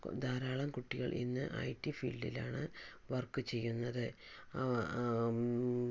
ധാരാളം കുട്ടികള് ഇന്ന് ഐടി ഫീല്ഡിലാണ് വര്ക്ക് ചെയ്യുന്നത്